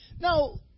Now